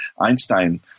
Einstein